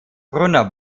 brunner